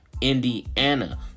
Indiana